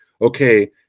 Okay